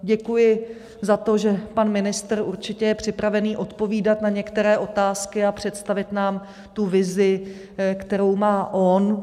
Děkuji za to, že pan ministr je určitě připravený odpovídat na některé otázky a představit nám vizi, kterou má on.